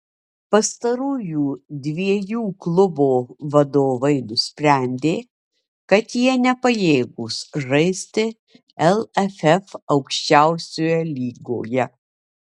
pastarųjų dviejų klubo vadovai nusprendė kad jie nepajėgūs žaisti lff aukščiausioje lygoje